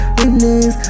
witness